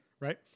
Right